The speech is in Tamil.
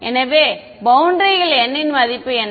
எனவே பௌண்டரியில் n இன் மதிப்பு என்ன